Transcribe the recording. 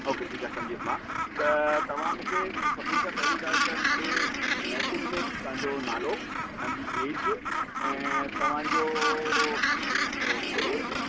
okay ठीकु आहे सम्झी वियुसि मां त तव्हां मूंखे सभिनि खां पहिरीं ॻाल्हि त मूंखे मैसेज में तव्हांजो नालो तव्हांजी ऐज ऐं तव्हांजो वेट